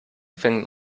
finden